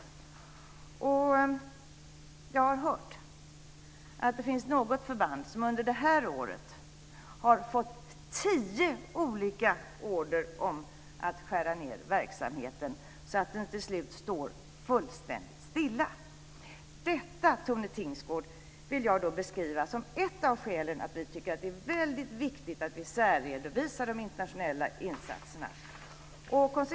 Jag har hört att det finns något förband som under detta år har fått tio olika order om att skära ned verksamheten så att den till slut står fullständig stilla. Detta, Tone Tingsgård, vill jag beskriva som ett av skälen till att vi tycker att det är väldigt viktigt att särredovisa de internationella insatserna.